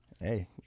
Hey